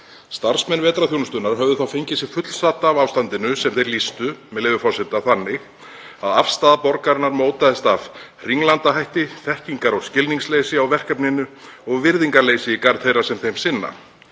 Starfsmenn vetrarþjónustunnar höfðu fengið sig fullsadda af ástandinu sem þeir lýstu, með leyfi forseta, þannig að afstaða borgarinnar mótaðist af hringlandahætti, þekkingar- og skilningsleysi á verkefninu og virðingarleysi í garð þeirra sem því sinna.